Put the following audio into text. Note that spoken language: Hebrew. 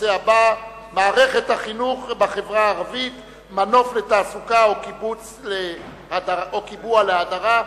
הנושא הבא: מערכת החינוך בחברה הערבית: מנוף לתעסוקה או קיבוע להדרה?